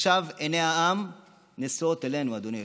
עכשיו עיני העם נשואות אלינו, אדוני היושב-ראש.